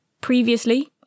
Previously